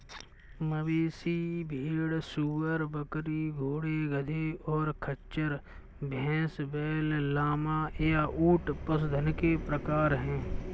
मवेशी, भेड़, सूअर, बकरी, घोड़े, गधे, और खच्चर, भैंस, बैल, लामा, या ऊंट पशुधन के प्रकार हैं